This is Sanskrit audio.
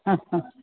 हा हा